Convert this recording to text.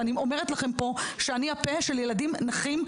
ואני אומרת לכם פה שאני הפה של ילדים נכים,